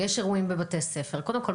ויש אירועים בבתי הספר קודם כל,